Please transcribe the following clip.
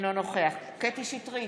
אינו נוכח קטי קטרין שטרית,